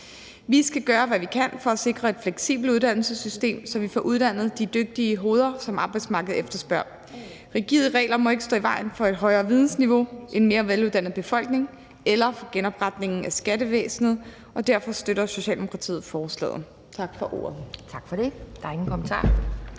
Vi skal gøre, hvad vi kan, for at sikre et fleksibelt uddannelsessystem, så vi får uddannet de dygtige hoveder, som arbejdsmarkedet efterspørger. Rigide regler må ikke stå i vejen for et højere vidensniveau, en veluddannet befolkning eller for genopretningen af skattevæsenet, og derfor støtter Socialdemokratiet forslaget. Tak for ordet. Kl. 12:06 Anden næstformand